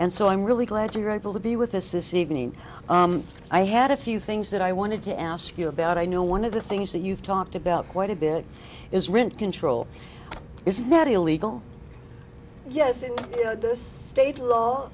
and so i'm really glad you're able to be with us this evening i had a few things that i wanted to ask you about i know one of the things that you've talked about quite a bit is rent control is that illegal yes in this state law